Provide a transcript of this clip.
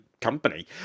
company